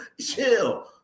chill